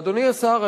ואדוני השר,